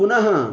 पुनः